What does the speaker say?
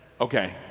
Okay